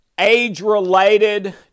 age-related